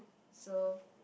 so